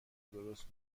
درست